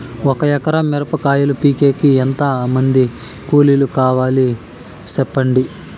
ఒక ఎకరా మిరప కాయలు పీకేకి ఎంత మంది కూలీలు కావాలి? సెప్పండి?